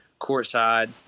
courtside